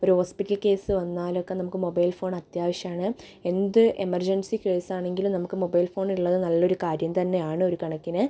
ഒരു hospital case വന്നാലൊക്കെ നമുക്ക് മൊബൈൽ ഫോൺ അത്യാവശ്യമാണ് എന്ത് എമർജൻസി കേസ്സാണെങ്കിലും നമുക്ക് മൊബൈൽ ഫോണുള്ളത് നല്ലൊരു കാര്യം തന്നെയാണ് ഒരു കണക്കിന്